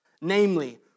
Namely